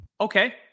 Okay